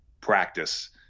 practice